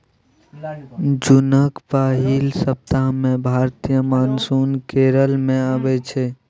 जुनक पहिल सप्ताह मे भारतीय मानसून केरल मे अबै छै